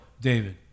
David